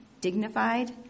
dignified